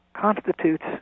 constitutes